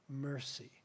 mercy